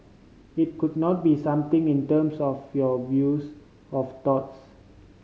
it could not be something in terms of your views of thoughts